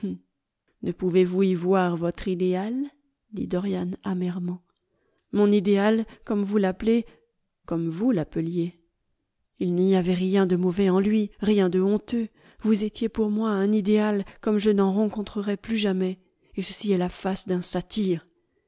ne pouvez-vous y voir votre idéal dit dorian amèrement mon idéal comme vous l'appelez comme vous l'appeliez il n'y avait rien de mauvais en lui rien de honteux vous étiez pour moi un idéal comme je n'en rencontrerai plus jamais et ceci est la face d'un satyre